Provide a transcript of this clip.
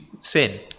sin